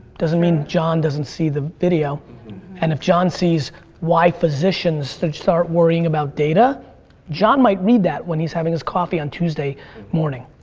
doesn't mean john doesn't see the video and if john sees why physicians should start worrying about data john might read that when he's having his coffee on tuesday morning.